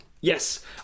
yes